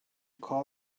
call